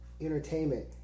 entertainment